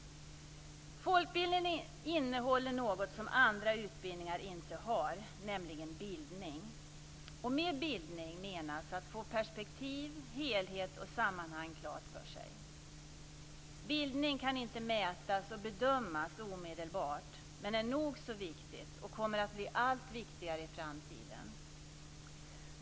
Folkbildningen innehåller något som andra utbildningar inte har, nämligen bildning. Med bildning menas att få perspektiv, helhet och sammanhang klart för sig. Bildning kan inte mätas och bedömas omedelbart men är nog så viktig, och kommer att bli allt viktigare i framtiden.